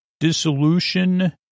dissolution